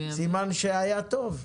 סימן שהיה טוב.